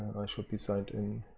i should be signed in,